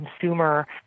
consumer